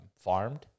farmed